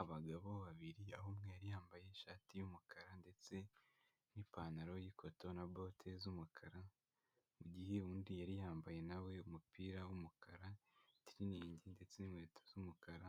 Abagabo babiri aho umwe yari yambaye ishati y'umukara ndetse n'ipantaro y'ikoto na bote z'umukara, mu gihe undi yari yambaye nawe umupira w'umukara itiriningi ndetse n'inkweto z'umukara,